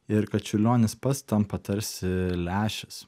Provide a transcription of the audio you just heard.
ir kad čiurlionis pats tampa tarsi lęšis